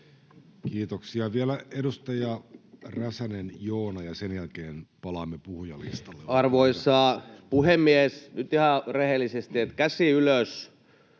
Kiitoksia. — Vielä edustaja Räsänen Joona, ja sen jälkeen palaamme puhujalistalle. Olkaa hyvä. Arvoisa puhemies! Nyt ihan rehellisesti: käsi ylös,